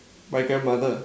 my grandmother